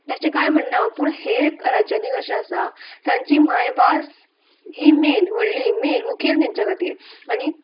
ताचें कांय म्हणना पूण हेर राज्यांनी कशें आसा तांची मायभास ही मेन व्हडली मेन मुखेल तेंच्या खातीर आनी